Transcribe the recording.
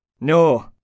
No